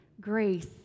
grace